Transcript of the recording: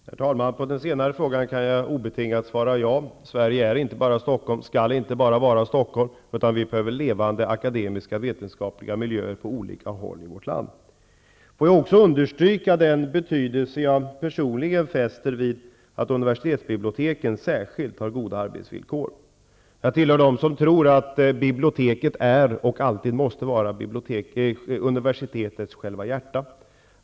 Herr talman! På den senare frågan kan jag svara ett obetingat ja. Sverige är inte bara Stockholm och skall inte vara bara Stockholm. Vi behöver levande akademiska vetenskapliga miljöer på olika håll i vårt land. Får jag också understryka den betydelse jag personligen fäster vid att universitetsbiblioteken har goda arbetsvillkor. Jag tillhör dem som tror att biblioteket är och alltid måste vara universitetets hjärta.